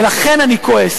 ולכן אני כועס.